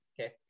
Okay